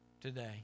today